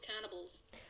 cannibals